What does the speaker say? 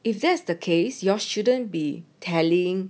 if that's the case you all shouldn't be telling